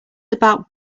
about